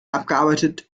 abgearbeitet